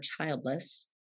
childless